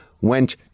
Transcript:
went